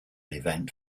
event